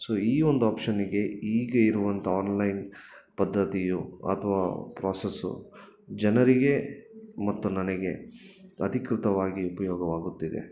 so ಈ ಒಂದು ಆಪ್ಷನ್ನಿಗೆ ಈಗ ಇರುವಂಥ ಆನ್ಲೈನ್ ಪದ್ಧತಿಯು ಅಥವಾ ಪ್ರೋಸೆಸ್ಸು ಜನರಿಗೆ ಮತ್ತು ನನಗೆ ಅಧಿಕೃತವಾಗಿ ಉಪಯೋಗವಾಗುತ್ತಿದೆ